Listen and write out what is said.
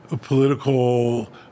political